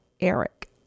Eric